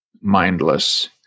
mindless